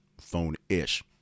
phone-ish